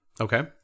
Okay